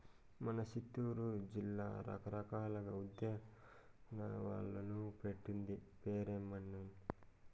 మన సిత్తూరు జిల్లా రకరకాల ఉద్యానవనాలకు పెట్టింది పేరమ్మన్నీ